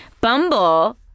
Bumble